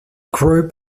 group